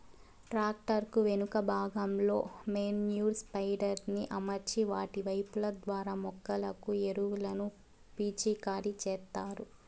tractor కు వెనుక భాగంలో మేన్యుర్ స్ప్రెడర్ ని అమర్చి వాటి పైపు ల ద్వారా మొక్కలకు ఎరువులను పిచికారి చేత్తారు